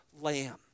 lamb